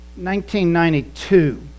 1992